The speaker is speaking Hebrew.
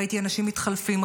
ראיתי אנשים מתחלפים,